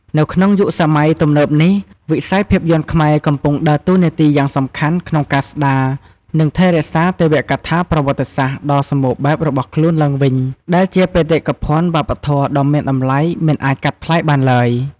នៅក្នុងយុគសម័យទំនើបនេះ វិស័យភាពយន្តខ្មែរកំពុងដើរតួនាទីយ៉ាងសំខាន់ក្នុងការស្ដារ និងថែរក្សាទេវកថាប្រវត្តិសាស្ត្រដ៏សម្បូរបែបរបស់ខ្លួនឡើងវិញ ដែលជាបេតិកភណ្ឌវប្បធម៌ដ៏មានតម្លៃមិនអាចកាត់ថ្លៃបានឡើយ។